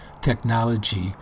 technology